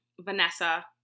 Vanessa